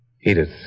Edith